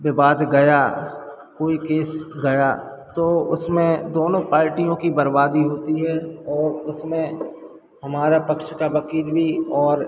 विवाद गया कोई केस गया तो उसमें दोनों पार्टियों की बर्बादी होती है और उसमें हमारा पक्ष का वकील भी और